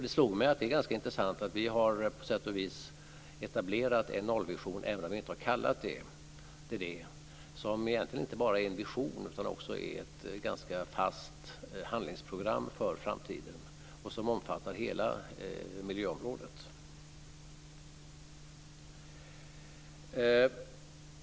Det slår mig som ganska intressant att vi på sätt och vis har etablerat en nollvision, även om vi inte har kallat den det, som egentligen inte bara är en vision utan också ett ganska fast handlingsprogram för framtiden och som omfattar hela miljöområdet.